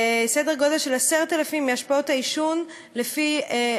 וסדר גודל של 10,000 מתים מהשפעות העישון בישראל בשנה,